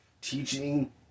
teaching